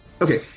Okay